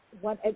one